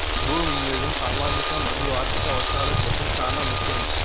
భూ వినియాగం సామాజిక మరియు ఆర్ధిక అవసరాల కోసం చానా ముఖ్యం